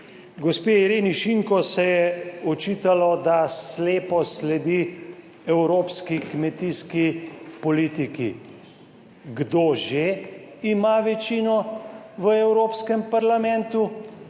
gospe Ireni Šinko se je očitalo, da slepo sledi evropski kmetijski politiki. Kdo že ima večino v Evropskem parlamentu?